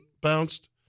bounced